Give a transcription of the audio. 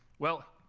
well,